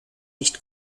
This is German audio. nicht